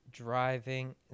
Driving